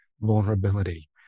vulnerability